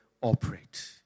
operate